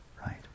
right